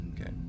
Okay